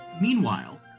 Meanwhile